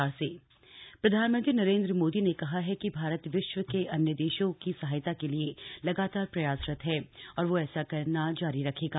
PM Buddha Purnima प्रधानमंत्री नरेंद्र मोदी ने कहा है कि भारत विश्व के अन्य देशों की सहायता के लिए लगातार प्रयासरत है और वह ऐसा करना जारी रखेगा